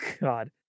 God